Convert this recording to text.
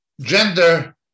gender